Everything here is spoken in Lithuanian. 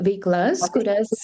veiklas kurias